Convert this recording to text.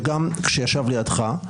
וגם כשישב לידך,